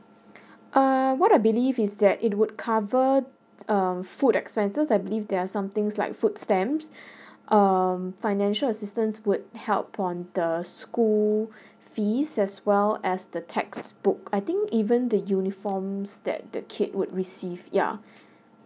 err what I believe is that it would cover um food expenses I believe there are something like food stamps um financial assistance would help on the school fees as well as the textbook I think even the uniforms that the kid would receive ya